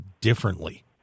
differently